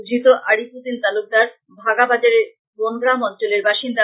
ধৃত আরিফ উদ্দিন তালুকদার ভাগা বাজারের বনগ্রাম অঞ্চলের বাসিন্দা